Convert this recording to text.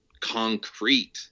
concrete